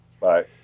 Bye